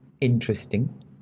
interesting